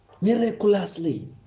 Miraculously